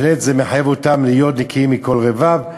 זה בהחלט מחייב אותם להיות נקיים מכל רבב.